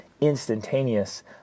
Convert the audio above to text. instantaneous